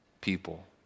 people